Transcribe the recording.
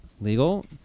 legal